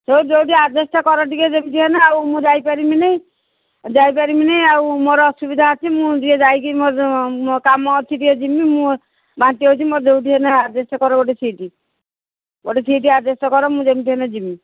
ସେଇ ଯୋଉଠି ଆଡଜଷ୍ଟ କର ଟିକେ ଯେମିତି ହେଲେ ଆଉ ମୁଁ ଯାଇପାରିବିନି ଯାଇପାରିବିନି ଆଉ ମୋର ଅସୁବିଧା ଅଛି ମୁଁ ଟିକେ ଯାଇକି ମୋର କାମ ଅଛି ଟିକିଏ ଯିବି ମୁଁ ବାନ୍ତି ହେଉଛିି ମୋର ଯୋଉଠି ହେଲେ ଆଡଜଷ୍ଟ କର ଗୋଟେ ସିଟ୍ ଗୋଟେ ସିଟ୍ ଆଡଜଷ୍ଟ କର ମୁଁ ଯେମିତି ହେଲେ ଯିବି